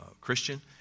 Christian